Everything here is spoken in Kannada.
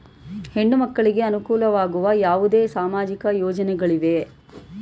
ಹೆಣ್ಣು ಮಕ್ಕಳಿಗೆ ಅನುಕೂಲವಾಗುವ ಯಾವುದೇ ಸಾಮಾಜಿಕ ಯೋಜನೆಗಳಿವೆಯೇ?